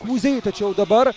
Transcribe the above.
kuzei tačiau dabar